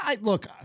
look